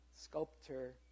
sculptor